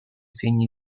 segni